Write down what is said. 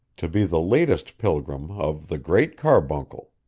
to be the latest pilgrim of the great carbuncle.